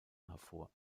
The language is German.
hervor